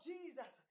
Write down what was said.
Jesus